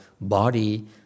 body